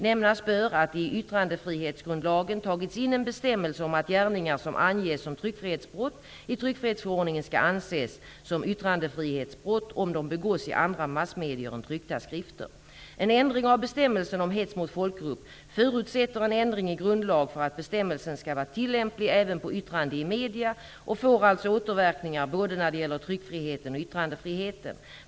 Nämnas bör att det i yttrandefrihetsgrundlagen tagits in en bestämmelse om att gärningar som anges som tryckfrihetsbrott i tryckfrihetsförordningen skall anses som yttrandefrihetsbrott om de begås i andra massmedier än tryckta skrifter . En ändring av bestämmelsen om hets mot folkgrupp förutsätter ändring i grundlag för att bestämmelsen skall vara tillämplig även på yttranden i medier och får alltså återverkningar när det gäller både tryckfriheten och yttrandefriheten.